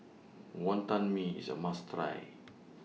Wonton Mee IS A must Try